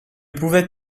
pouvait